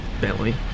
Bentley